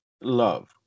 love